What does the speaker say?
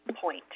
point